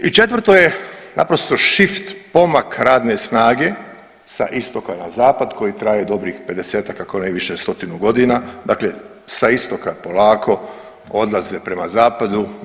I četvrto je naprosto shift pomak radne snage sa istoka na zapad koji traje dobrih 50-tak ako ne i više stotinu godina, dakle sa istoka polako odlaze prema zapadu.